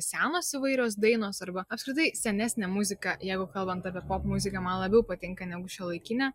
senos įvairios dainos arba apskritai senesnė muzika jeigu kalbant apie popmuziką man labiau patinka negu šiuolaikinė